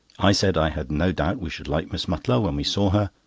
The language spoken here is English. i said i had no doubt we should like miss mutlar when we saw her,